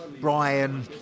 Brian